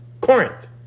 Corinth